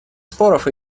споров